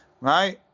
Right